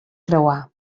creuar